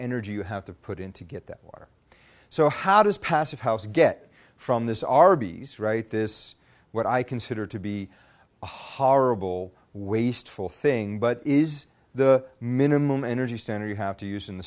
energy you have to put in to get that water so how does passive house get from this arby's write this what i consider to be a horrible wasteful thing but is the minimum energy standard you have to use in the